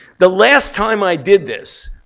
the last time i did this,